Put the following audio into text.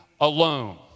alone